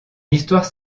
histoire